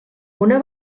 una